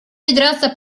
федерация